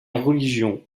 religion